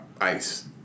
Ice